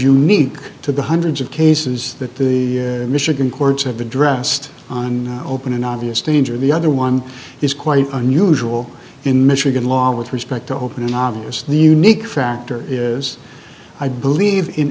unique to the hundreds of cases that the michigan courts have addressed on open an obvious danger the other one is quite unusual in michigan law with respect to open obviously unique factor is i believe in